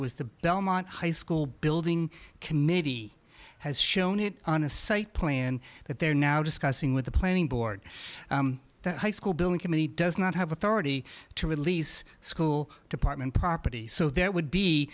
was the belmont high school building committee has shown it on a site plan that they're now discussing with the planning board that high school building committee does not have authority to release school department property so there would be